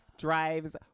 Drives